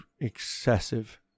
excessive